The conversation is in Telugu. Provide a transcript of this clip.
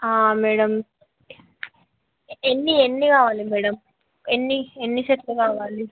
మేడమ్ ఎన్ని ఎన్ని కావాలి మేడమ్ ఎన్ని ఎన్ని సెట్లు కావాలి